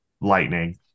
lightning